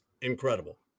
incredible